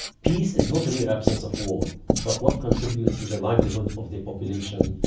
peace is not the mere absence of war but what contributes to the livelihood of the population,